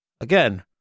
Again